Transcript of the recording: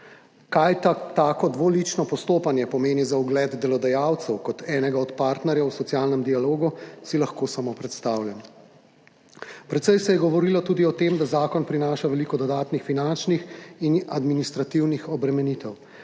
Kaj tako dvolično postopanje pomeni za ugled delodajalcev kot enega od partnerjev v socialnem dialogu, si lahko samo predstavljam. Precej se je govorilo tudi o tem, da zakon prinaša veliko dodatnih finančnih in administrativnih obremenitev.